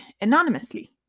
anonymously